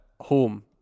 Home